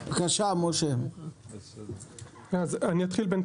בדיון האחרון שהיינו באוקטובר הצגנו תוכנית